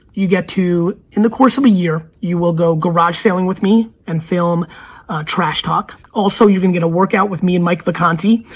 you get to, in the course of a year, you will go garage sailing with me, and film trash talk. also, you can get a workout with me and mike vacanti.